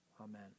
Amen